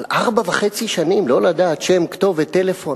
אבל ארבע שנים וחצי לא לדעת שם, כתובת, טלפון.